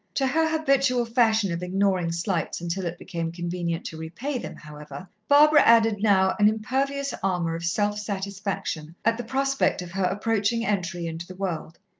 to her habitual fashion of ignoring slights until it became convenient to repay them, however, barbara added now an impervious armour of self-satisfaction at the prospect of her approaching entry into the world.